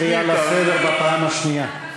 קריאה לסדר בפעם השנייה.